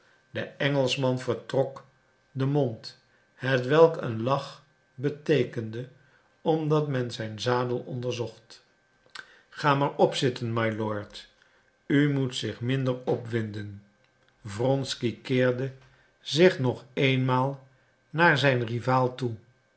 de engelschman vertrok den mond hetwelk een lach beteekende omdat men zijn zadel onderzocht ga maar opzitten mylord u moet zich minder opwinden wronsky keerde zich nog eenmaal naar zijn rival toe